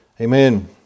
Amen